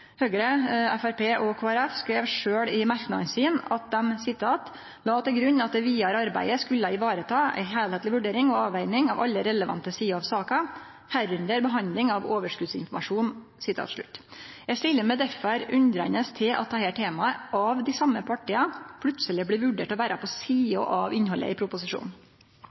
Høgre, Framstegspartiet og Kristeleg Folkeparti skreiv sjølv i merknadene sine at dei «legger til grunn at det videre arbeidet ivaretar en helhetlig vurdering og avveining av alle relevante sider av saken, herunder behandling av overskuddsinformasjon.» Eg stiller meg derfor undrande til at dette temaet – av dei same partia – plutseleg blir vurdert å vere på sida av innhaldet i proposisjonen.